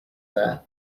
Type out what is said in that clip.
there